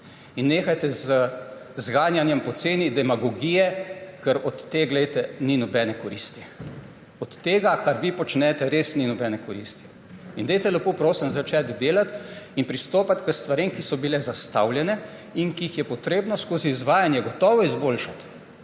in nehajte z zganjanjem poceni demagogije, ker od te ni nobene koristi. Od tega kar vi počnete res ni nobene koristi in dajte lepo prosim začeti delati in pristopati k stvarem, ki so bile zastavljene in ki jih je treba skozi izvajanje gotovo izboljšati.